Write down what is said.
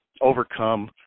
overcome